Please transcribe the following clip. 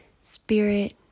Spirit